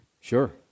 Sure